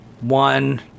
one